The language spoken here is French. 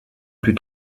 plus